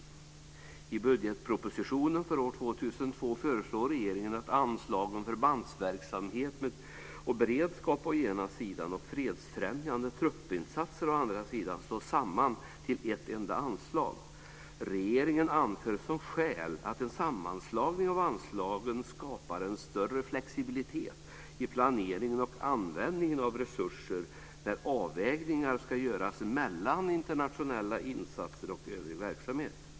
I budgetpropositionen för år 2002 föreslår regeringen att anslagen förbandsverksamhet och beredskap å ena sidan och fredsfrämjande truppinsatser å den andra slås samman till ett enda anslag. Regeringen anför som skäl att en sammanslagning av anslagen skapar en större flexibilitet i planeringen och användningen av resurser när avvägningar ska göras mellan internationella insatser och övrig verksamhet.